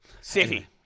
City